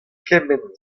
kement